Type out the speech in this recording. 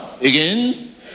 again